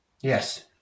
Yes